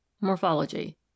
morphology